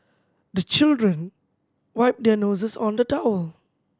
the children wipe their noses on the towel